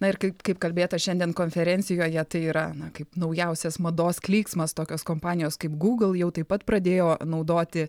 na ir kaip kaip kalbėta šiandien konferencijoje tai yra na kaip naujausias mados klyksmas tokios kompanijos kaip google jau taip pat pradėjo naudoti